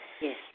Yes